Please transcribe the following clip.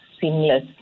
seamless